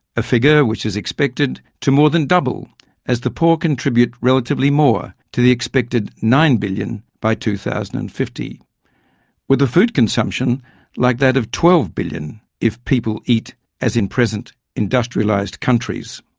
a figure which is expected to more than double as the poor contribute relatively more to the expected nine billion by two thousand and fifty with a food consumption like that of twelve billion if people eat as in present industrialised countries.